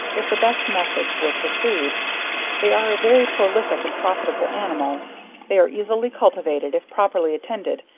if the best methods were pursued they are a very prolific and profitable animal they are easily cultivated if properly attended,